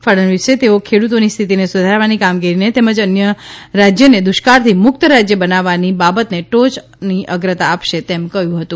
ફડણવીસે તેઓ ખેડૂતોની સ્થિતિને સુધારવાની કામગીરીને તેમજ રાજ્યને દુષ્કાળથી મુક્ત રાજ્ય બનાવવાની બાબતને ટોચ અગ્રતા અપાશે તેમ કહ્યું હતુ